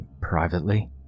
privately